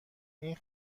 این